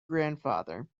grandfather